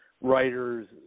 writers